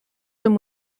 them